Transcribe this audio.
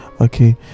okay